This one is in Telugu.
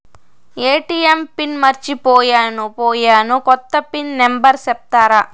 ఎ.టి.ఎం పిన్ మర్చిపోయాను పోయాను, కొత్త పిన్ నెంబర్ సెప్తారా?